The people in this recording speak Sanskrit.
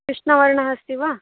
कृष्णवर्णः अस्ति वा